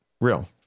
real